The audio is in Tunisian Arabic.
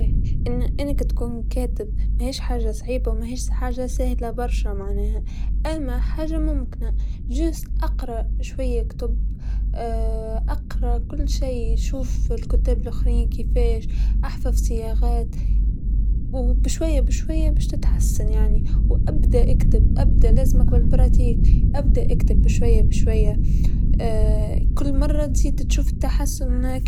الكتابة الجيدة أساسها القراءة الجيدة، أنت ما فيك تصير كاتب مبدع إلا اذا تأثرت بأفكار الآخرين طرقهم، أساليبهم، سردهم، روايتهم، كل هذا راح ي-يقوي جانب الإبداع عندك وبيخليك تصير أفضل بأفكار أكثر بطرق متعددة للكتابة وهكذا، لكن أنه ما في قراية ما في إبداع.